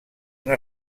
una